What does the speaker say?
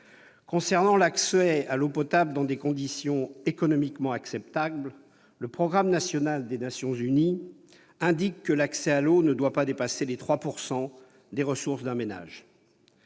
Concernant l'accès à l'eau potable dans des conditions économiquement acceptables, le programme national des Nations unies indique que l'accès à l'eau ne doit pas dépasser 3 % des ressources d'un ménage.